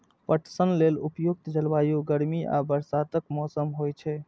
पटसन लेल उपयुक्त जलवायु गर्मी आ बरसातक मौसम होइ छै